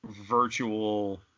virtual